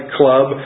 club